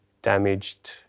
damaged